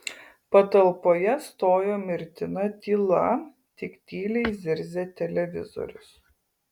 patalpoje stojo mirtina tyla tik tyliai zirzė televizorius